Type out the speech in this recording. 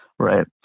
Right